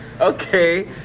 Okay